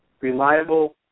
reliable